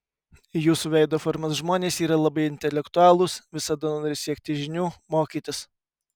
jūsų veido formos žmonės yra labai intelektualūs visada nori siekti žinių mokytis